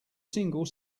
single